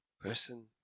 person